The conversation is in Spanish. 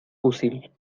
fusil